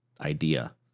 idea